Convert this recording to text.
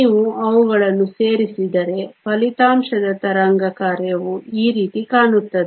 ನೀವು ಅವುಗಳನ್ನು ಸೇರಿಸಿದರೆ ಫಲಿತಾಂಶದ ತರಂಗ ಕಾರ್ಯವು ಈ ರೀತಿ ಕಾಣುತ್ತದೆ